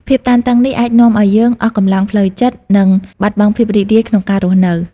ភាពតានតឹងនេះអាចនាំឱ្យយើងអស់កម្លាំងផ្លូវចិត្ត និងបាត់បង់ភាពរីករាយក្នុងការរស់នៅ។